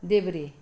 देब्रे